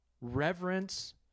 reverence